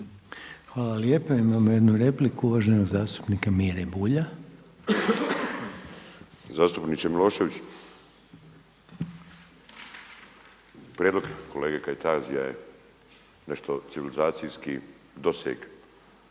Hvala lijepa. Imamo jednu repliku uvaženog zastupnika Mire Bulja. **Bulj, Miro (MOST)** Zastupniče Milošević, prijedlog kolege Kajtazija je nešto civilizacijski doseg